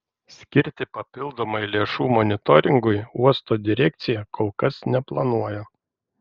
skirti papildomai lėšų monitoringui uosto direkcija kol kas neplanuoja